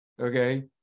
okay